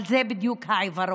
אבל זה בדיוק העיוורון,